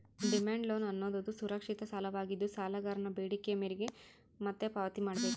demand loan ಅನ್ನೋದುದು ಸುರಕ್ಷಿತ ಸಾಲವಾಗಿದ್ದು, ಸಾಲಗಾರನ ಬೇಡಿಕೆಯ ಮೇರೆಗೆ ಮತ್ತೆ ಪಾವತಿ ಮಾಡ್ಬೇಕು